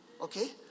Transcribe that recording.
Okay